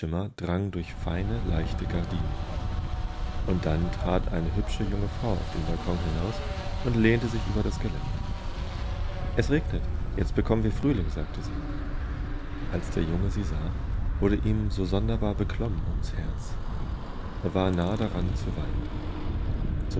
aneinemderhäuserwareinbalkon undgeradealsderjungevorüberging wurdendiebalkontürengeöffnetundgelberlichtschimmerdrangdurchfeine leichte gardinen und dann trat eine hübsche junge frau auf den balkon hinaus und lehnte sich über das geländer es regnet jetzt bekommen wir frühling sagte sie als der junge sie sah wurde ihm so sonderbar beklommenumsherz erwarnahedaran zuweinen